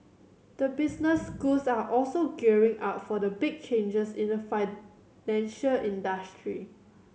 the business schools are also gearing up for the big changes in the financial industry